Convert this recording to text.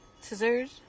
scissors